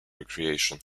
recreation